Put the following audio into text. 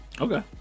Okay